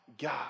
God